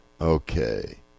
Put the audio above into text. Okay